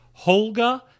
Holga